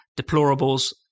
Deplorables